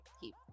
keep